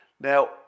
Now